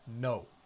no